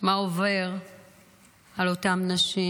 מה עובר על אותן נשים,